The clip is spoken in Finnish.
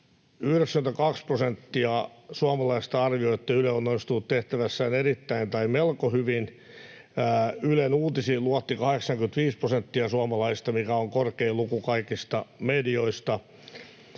92 prosenttia suomalaisista arvioi, että Yle on onnistunut tehtävässään erittäin tai melko hyvin. Ylen uutisiin luotti 85 prosenttia suomalaisista, mikä on korkein luku kaikista medioista.